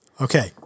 Okay